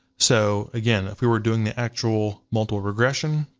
so, again, if we were doing the actual multiple regression,